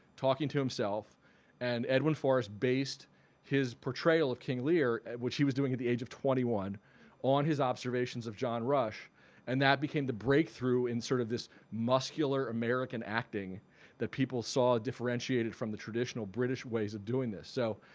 talking to himself and edwin forrest based his portrayal of king lear at which he was doing at the age of twenty one on his observations of john rush and that became the breakthrough in sort of this muscular american acting that people saw differentiated from the traditional british ways of doing this. so